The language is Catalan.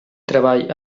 treball